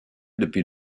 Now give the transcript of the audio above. depuis